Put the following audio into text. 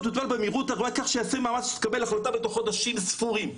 כך שיעשה מאמץ לקבל החלטה תוך חודשים ספורים'.